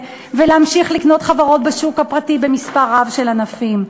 ולהמשיך לקנות חברות בשוק הפרטי במספר רב של ענפים.